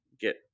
get